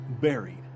buried